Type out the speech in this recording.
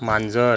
मांजर